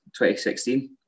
2016